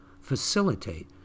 facilitate